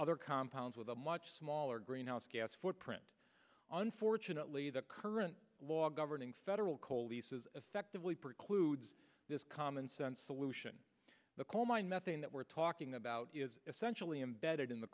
other compounds with a much smaller greenhouse gas footprint unfortunately the current law governing federal coal leases effectively precludes this commonsense solution the coal mine methane that we're talking about is essentially embedded in the